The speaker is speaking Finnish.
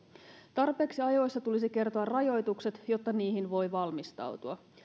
tarpeeksi ajoissa tulisi kertoa rajoitukset jotta niihin voi valmistautua